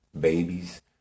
Babies